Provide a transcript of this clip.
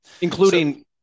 Including